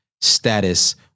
status